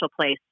place